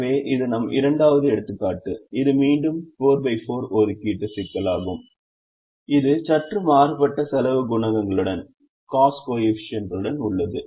எனவே இது நம் இரண்டாவது எடுத்துக்காட்டு இது மீண்டும் 4 x 4 ஒதுக்கீட்டு சிக்கலாகும் இது சற்று மாறுபட்ட செலவு குணகங்களுடன் உள்ளது